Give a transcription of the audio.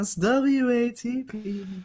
W-A-T-P